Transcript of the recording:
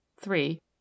Three